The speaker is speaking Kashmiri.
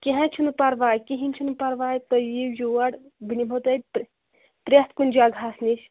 کِیٚنہہ حظ چھُنہٕ پرواے کہینۍ چھُنہٕ پرواے تُہۍ یِِیو یور بہٕ نِمہو تُہی پرٚ پرٛٮ۪تھ کُنہِ جَگہَس نِش